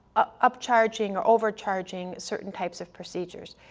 ah upcharging or overcharging certain types of procedures,